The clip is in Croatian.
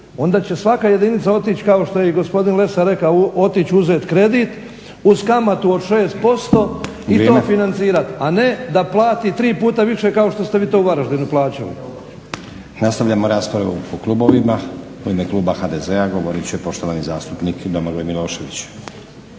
Onda će svaka jedinica otić kao što je i gospodin Lesar rekao, otić uzet kredit uz kamatu od 6% i to financirati. …/Upadica potpredsjednik: Vrijeme./… A ne da plati tri puta više kao što ste vi to u Varaždinu plaćali. **Stazić, Nenad (SDP)** Nastavljamo raspravu po klubovima. U ima kluba HDZ-a govorit će poštovani zastupnik Domagoj Milošević.